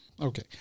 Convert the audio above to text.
Okay